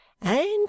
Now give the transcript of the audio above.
And